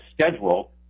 schedule